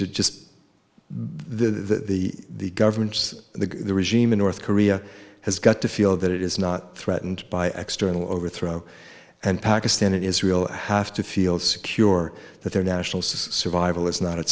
just the the the governments the regime in north korea has got to feel that it is not threatened by external overthrow and pakistan and israel have to feel secure that their national survival is not at